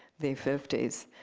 the fifty s,